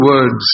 words